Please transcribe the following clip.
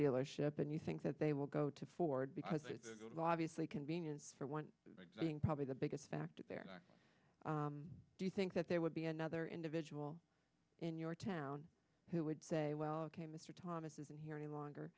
dealership and you think that they will go to ford because obviously convenience probably the biggest factor there do you think that there would be another individual in your town who would say well ok mr thomas isn't here any longer